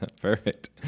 Perfect